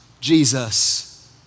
Jesus